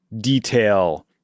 detail